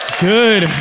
Good